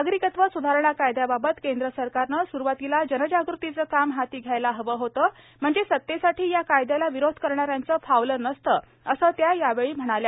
नागरिकत्व सुधारणा कायद्याबाबत केंद्र सरकारने सुरुवातीला जनजागृतीचं काम हाती घ्यायला हवं होतं म्हणजे सतेसाठी या कायद्याला विरोध करणाऱ्यांच फावलं नसतं असं त्या यावेळी म्हणाल्या